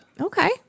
Okay